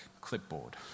clipboard